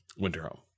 Winterhome